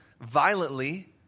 violently